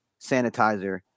sanitizer